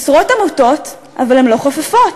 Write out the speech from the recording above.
עשרות עמותות, אבל הן לא חופפות.